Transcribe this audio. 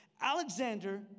Alexander